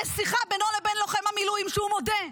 יש שיחה בינו לבין לוחם המילואים, שהוא מודה,